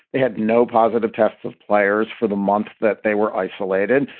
they had no positive tests of players for the month that they were isolated.